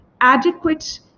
adequate